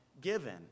given